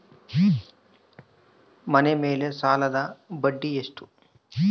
ಮನೆ ಮೇಲೆ ಸಾಲದ ಬಡ್ಡಿ ಎಷ್ಟು?